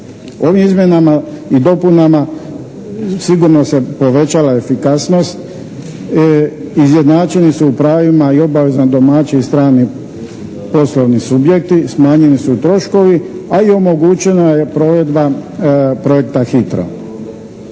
Ovim izmjenama i dopunama sigurno se povećala efikasnost, izjednačeni su u pravima i obavezama domaći i strani poslovni subjekti, smanjeni su troškovi, a i omogućena je provedba projekta HITRO.